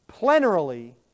plenarily